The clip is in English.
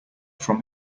from